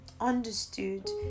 understood